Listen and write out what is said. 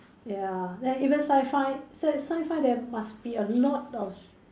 ya than even Sci-Fi sci~ Sci-Fi there must be a lot of